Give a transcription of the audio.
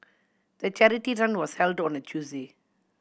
the charity run was held on a Tuesday